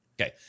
Okay